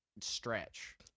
stretch